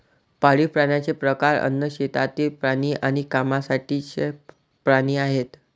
पाळीव प्राण्यांचे प्रकार अन्न, शेतातील प्राणी आणि कामासाठीचे प्राणी आहेत